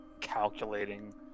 calculating